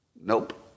Nope